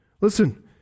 Listen